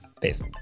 Peace